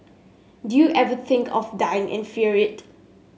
do you ever think of dying and fear it